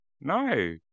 No